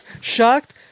Shocked